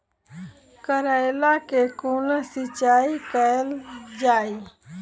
करैला केँ कोना सिचाई कैल जाइ?